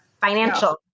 financial